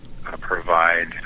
provide